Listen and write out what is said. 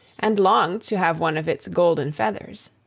and longed to have one of its golden feathers.